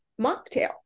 mocktail